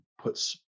puts